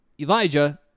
Elijah